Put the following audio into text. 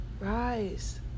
rise